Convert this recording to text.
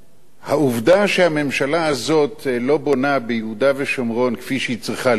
העובדה שהממשלה הזאת לא בונה ביהודה ושומרון כפי שהיא צריכה לבנות